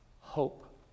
Hope